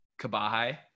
Kabahai